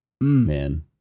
Man